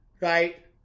Right